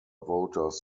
voters